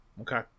Okay